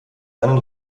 seinen